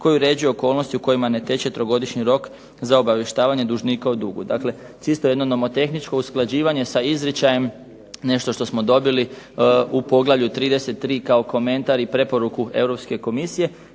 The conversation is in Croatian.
koji uređuje okolnosti u kojima ne teče obavještajni rok za obavještavanje dužnika o dugu. Dakle, čisto jedno nomotehničko usklađivanje sa izričajem, nešto što smo dobili u poglavlju 33. kao komentar i preporuku Europske komisije.